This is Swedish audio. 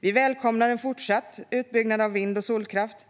Vi välkomnar en fortsatt utbyggnad av vind och solkraft